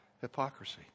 hypocrisy